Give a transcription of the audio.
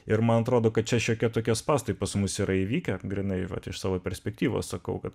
ir man atrodo kad čia šiokie tokie spąstai pas mus yra įvykę grynai vat iš savo perspektyvos sakau kad